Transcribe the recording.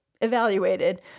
evaluated